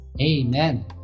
Amen